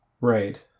Right